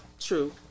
True